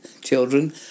children